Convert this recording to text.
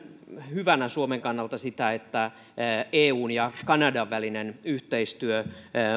hyvänä suomen kannalta sitä että eun ja kanadan välinen yhteistyö